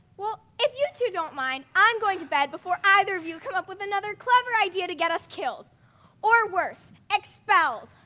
well if you two don't mind, i'm going to bed before either of you come up with another clever idea to get us killed or worse, expelled.